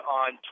on